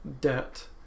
debt